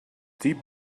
deep